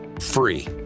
free